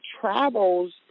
travels